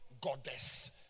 goddess